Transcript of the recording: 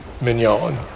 mignon